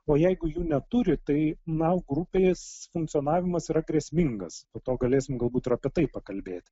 o jeigu jų neturi tai na grupės funkcionavimas yra grėsmingas to galėsim galbūt ir apie tai pakalbėti